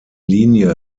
linie